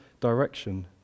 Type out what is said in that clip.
direction